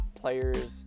players